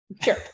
Sure